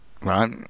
Right